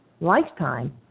lifetime